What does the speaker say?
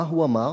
מה הוא אמר?